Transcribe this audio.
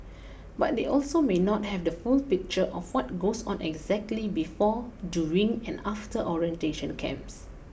but they also may not have the full picture of what goes on exactly before during and after orientation camps